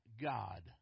God